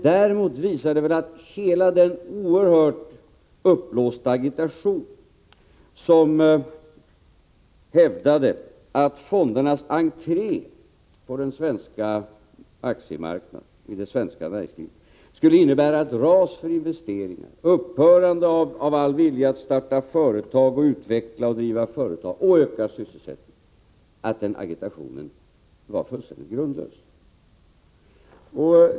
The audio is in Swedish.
Däremot visar det att hela den oerhört uppblåsta agitationen om att fondernas entré på den svenska aktiemarknaden och i det svenska näringslivet skulle innebära ett ras för investeringar och ett upphörande av all vilja att starta, utveckla och driva företag och öka sysselsättningen, var fullständigt grundlös.